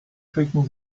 shaking